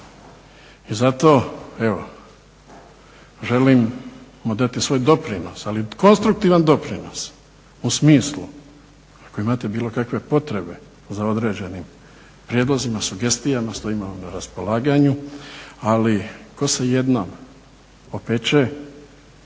I zato evo želim dodati svoj doprinos, ali konstruktivan doprinos u smislu ako imate bilo kakve potrebe za određenim prijedlozima, sugestijama stojimo vam na raspolaganju, ali tko se jednom opeče,